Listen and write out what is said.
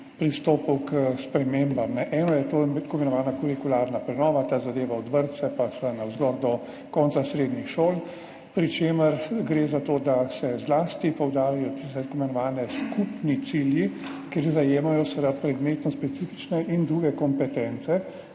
pristopov k spremembam. Eno je tako imenovana kurikularna prenova, ta zadeva od vrtca in navzgor do konca srednjih šol, pri čemer gre za to, da se poudarijo zlasti tako imenovani skupni cilji, ker zajemajo seveda predmetno specifične in druge kompetence,